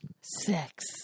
Sex